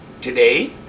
today